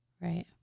Right